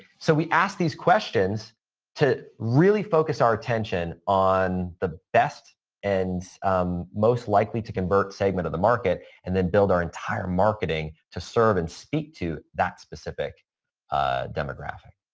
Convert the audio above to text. so, we ask these questions to really focus our attention on the best and most likely to convert segment of the market and then build our entire marketing to serve and speak to that specific ah demographic.